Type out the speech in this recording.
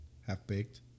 Half-baked